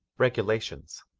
regulations